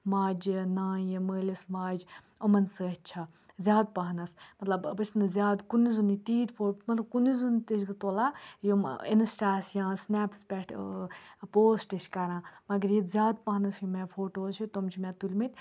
ماجہِ نانہِ مٲلِس ماجہِ یِمَن سۭتۍ چھا زیادٕ پَہَنَس مطلب بہٕ چھَس نہٕ زیادٕ کُنُے زوٚنُے تیٖتۍ فو مطلب کُنُے زوٚنُے تہِ چھَس بہٕ تُلان یِم اِنسٹاہَس یا سٕنیپَس پٮ۪ٹھ پوسٹہٕ چھِ کَران مگر یہِ زیادٕ پَہنَس یِم مےٚ فوٹوز چھِ تم چھِ مےٚ تُلۍ مٕتۍ